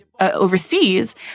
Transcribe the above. overseas